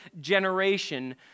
generation